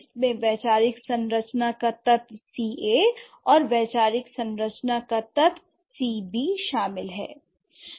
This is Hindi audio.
इसमें वैचारिक संरचना का तत्व C a और वैचारिक संरचना का तत्व C b शामिल है